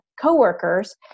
coworkers